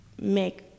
make